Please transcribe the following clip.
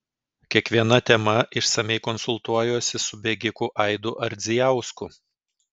kiekviena tema išsamiai konsultuojuosi su bėgiku aidu ardzijausku